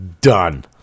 done